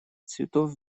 цветов